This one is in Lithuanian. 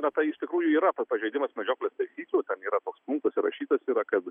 na tai iš tikrųjų yra pažeidimas medžioklės taisyklių ten yra toks punktas įrašytas yra kad